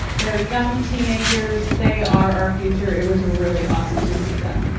they're young teenagers, they are our future. it was ah really awesome to see them.